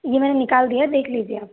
यह मैंने निकाल दिया है देख लीजिए आप